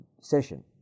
session